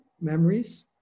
memories